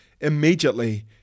immediately